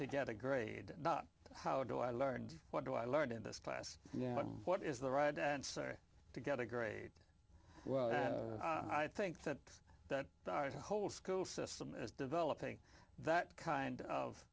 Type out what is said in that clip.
to get a grade not how do i learned what do i learned in this class and what is the right answer to get a grade well i think that that is a whole school system is developing that kind of